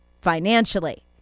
Financially